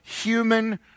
human